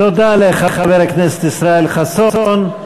תודה לחבר הכנסת ישראל חסון.